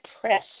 press